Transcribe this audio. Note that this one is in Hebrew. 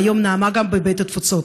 והיום נאמה גם בבית התפוצות.